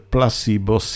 Placebo